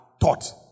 taught